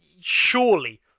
surely